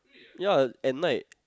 ya at night